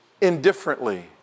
indifferently